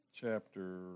Chapter